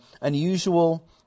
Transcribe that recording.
unusual